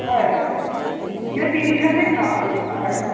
হয় মই তিনি সাঁজে খাওঁ হয়